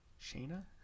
Shana